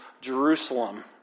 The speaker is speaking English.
Jerusalem